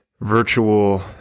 virtual